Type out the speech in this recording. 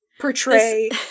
portray